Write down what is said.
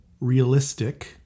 Realistic